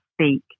speak